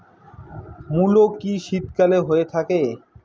মূলো কি শীতকালে হয়ে থাকে?